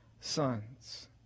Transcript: sons